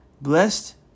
Blessed